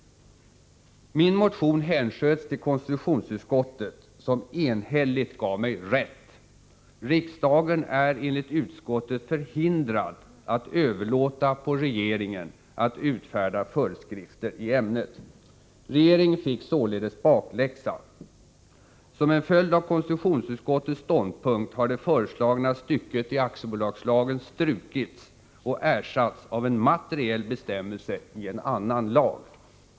Min motion hänsköts till konstitutionsutskottet, som enhälligt gav mig rätt. Riksdagen är enligt utskottet förhindrad att överlåta på regeringen att utfärda föreskrifter i ämnet. Regringen fick således bakläxa. Som en följd av KU:s ståndpunkt har det föreslagna stycket i aktiebolagslagen strukits och ersatts av en materiell bestämmelse i en annan lag.